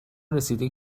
رسیده